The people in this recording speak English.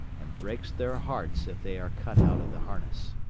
and breaks their hearts if they are cut out of the harness.